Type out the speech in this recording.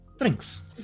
drinks